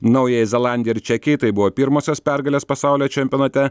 naująjai zelandijai ir čekijai tai buvo pirmosios pergalės pasaulio čempionate